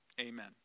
amen